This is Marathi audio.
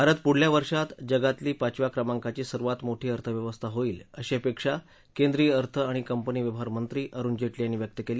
भारत पुढल्या वर्षात जगातली पाचव्या क्रमांकाची सर्वात मोठी अर्थव्यवस्था बनेल अशी अपेक्षा केंद्रीय अर्थ आणि कंपनी व्यवहार मंत्री अरुण जेटली यांनी व्यक्त केली